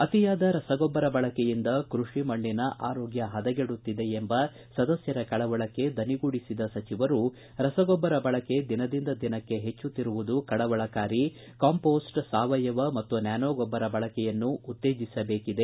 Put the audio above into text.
ಅತಿಯಾದ ರಸಗೊಬ್ಲರ ಬಳಕೆಯಿಂದ ಕೃಷಿಮಣ್ಣಿನ ಆರೋಗ್ಯ ಹದಗೆಡುತ್ತಿದೆ ಎಂಬ ಸದಸ್ಯರ ಕಳವಳಕ್ಕೆ ದನಿಗೂಡಿಸಿದ ಸಚಿವರು ರಸಗೊಬ್ಬರ ಬಳಕೆ ದಿನದಿಂದ ದಿನಕ್ಕೆ ಹೆಚ್ಚುತ್ತಿರುವುದು ಕಳವಳಕಾರಿ ಕಾಂಪೋಸ್ಟ್ ಸಾವಯವ ಮತ್ತು ನ್ಯಾನೋ ಗೊಬ್ಬರ ಬಳಕೆಯನ್ನು ಉತ್ತೇಜಸಬೇಕಿದೆ